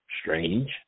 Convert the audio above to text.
strange